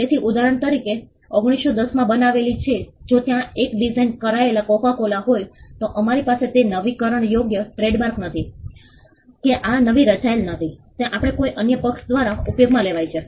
તેથી ઉદાહરણ તરીકે મેં 1910 માં બનાવેલી છેં જો ત્યાં 1 ડિઝાઇન કરેલા કોકો કોલા હોય તો અમારી પાસે તે નવીકરણયોગ્ય ટ્રેડમાર્ક નથી કે આ નવી રચાયેલ નથી તે આપણે કોઈ અન્ય પક્ષ દ્વારા ઉપયોગમાં લેવાય છે